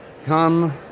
come